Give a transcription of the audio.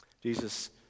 Jesus